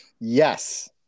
Yes